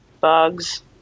bugs